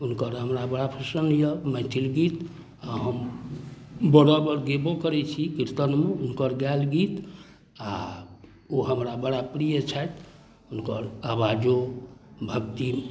हुनकर हमरा बड़ा पसन्द यऽ मैथिल गीत आओर हम बराबर गेबो करै छी कीर्तनमे हुनकर गायल गीत आओर ओ हमरा बड़ा प्रिय छथि हुनकर आबाजो भक्ति